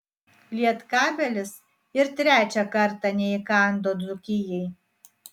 lietkabelis ir trečią kartą neįkando dzūkijai